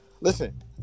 Listen